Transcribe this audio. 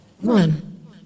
One